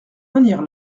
manière